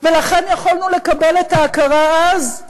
ולכן יכולנו לקבל את ההכרה, אז,